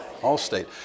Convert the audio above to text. Allstate